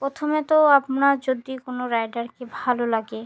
প্রথমে তো আপনার যদি কোনো রাইডারকে ভালো লাগে